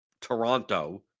Toronto